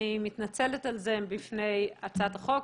אני מתנצלת על זה בפני הצעת החוק,